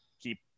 keep